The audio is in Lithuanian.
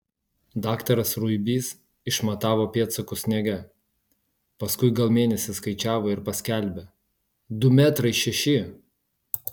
daktaras ruibys išmatavo pėdsakus sniege paskui gal mėnesį skaičiavo ir paskelbė du metrai šeši